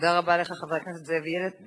תודה רבה לך, חבר הכנסת זאב בילסקי.